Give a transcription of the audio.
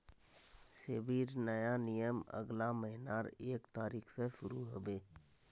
सेबीर नया नियम अगला महीनार एक तारिक स शुरू ह बे